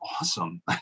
awesome